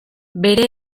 bere